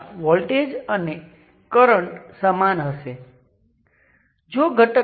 અને પોર્ટ 1 પર વોલ્ટેજ અને પોર્ટ 2 પર કરંટ ને માપી શકો છો